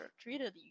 treated